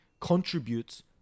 contributes